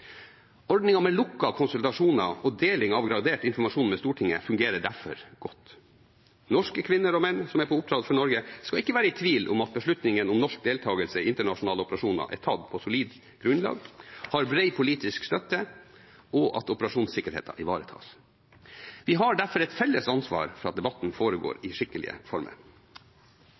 Ordningen med lukkede konsultasjoner og deling av gradert informasjon med Stortinget fungerer derfor godt. Norske kvinner og menn som er på oppdrag for Norge, skal ikke være i tvil om at beslutningen om norsk deltakelse i internasjonale operasjoner er tatt på solid grunnlag og har brei politisk støtte, og at operasjonssikkerheten ivaretas. Vi har derfor et felles ansvar for at debatten foregår i skikkelige former.